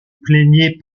plaignait